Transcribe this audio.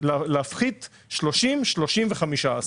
30, 30 ו-15.